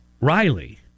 Riley